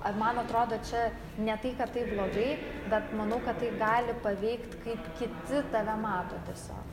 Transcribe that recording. ar man atrodo čia ne tai kad taip blogai bet manau kad tai gali paveikt kaip kiti tave mato tiesiog